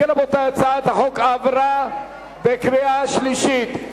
אם כן, רבותי, הצעת החוק עברה בקריאה שלישית.